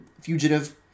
fugitive